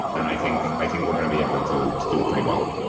and i think i think we're going to be able to to do it pretty well.